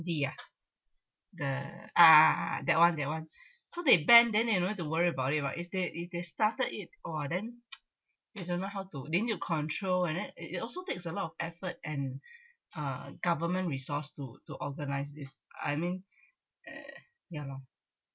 yeah the ah ah ah that one that one so they banned then they no need to worry about is what if they if they started it oh then they don't know how to then you control and then it it also takes a lot of effort and uh government resource to to organize this I mean eh ya lor